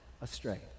astray